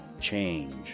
change